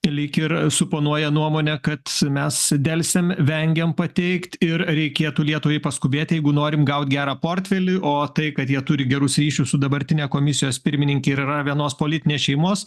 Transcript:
lyg ir suponuoja nuomonę kad mes delsiam vengiam pateikt ir reikėtų lietuvai paskubėt jeigu norim gaut gerą portfelį o tai kad jie turi gerus ryšius su dabartine komisijos pirmininke yra vienos politinės šeimos